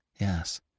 Yes